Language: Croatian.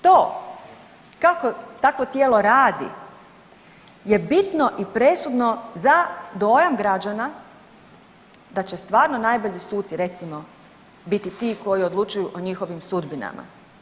To kako takvo tijelo radi je bitno i presudno za dojam građana da će stvarno najbolji suci recimo, biti ti koji odlučuju o njihovim sudbinama.